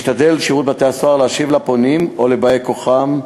שירות בתי-הסוהר משתדל להשיב לפונים או לבאי-כוחם.